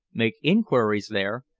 make inquiries there,